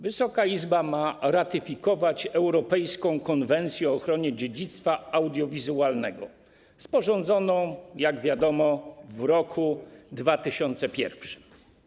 Wysoka Izba ma ratyfikować Europejską Konwencję o ochronie dziedzictwa audiowizualnego sporządzoną, jak wiadomo, w roku 2001.